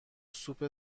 سوپ